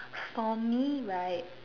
for me right